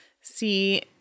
see